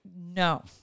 no